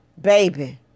baby